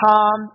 Tom